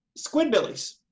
Squidbillies